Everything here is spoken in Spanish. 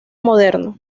moderno